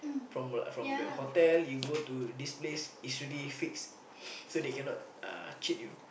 from the from the hotel you go to this place is already fixed so they cannot uh cheat you